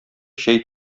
чәй